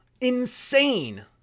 Insane